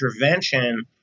intervention